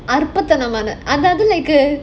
அற்புதம் அதாவது:arpudham adhaavathu